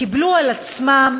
קיבלו על עצמם